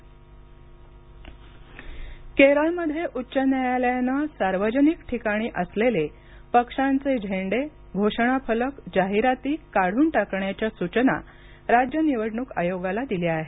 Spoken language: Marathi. केरळ निवडणक केरळमध्ये उच्च न्यायालयानं सार्वजनिक ठाकाणी असलेले पक्षांचे झेंडे घोषणा फलक जाहिराती काढून टाकण्याच्या सूचना राज्य निवडणूक आयोगाला दिल्या आहेत